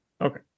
Okay